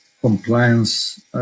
compliance